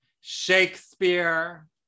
Shakespeare